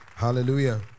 Hallelujah